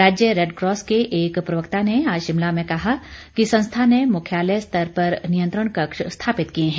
राज्य रैडक्रॉस के एक प्रवक्ता ने आज शिमला में कहा कि संस्था ने मुख्यालय स्तर पर नियंत्रण कक्ष स्थापित किए हैं